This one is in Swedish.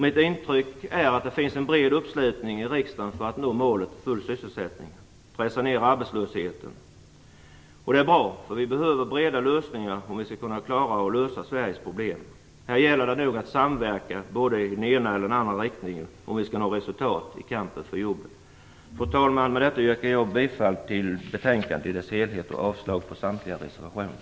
Mitt intryck är att det finns en bred uppslutning i riksdagen för att nå målet full sysselsättning och pressa ner arbetslösheten, och det är bra. Vi behöver breda lösningar om vi skall kunna lösa Sveriges problem. Här gäller det att samverka i både den ena och den andra riktningen om vi skall nå resultat i kampen för jobben. Fru talman! Med detta yrkar jag bifall till hemställan i betänkandet i dess helhet och avslag på samtliga reservationer.